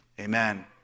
Amen